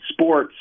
sports